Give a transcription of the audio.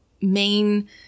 main